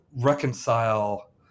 reconcile